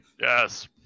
Yes